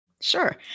Sure